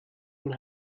den